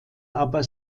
aber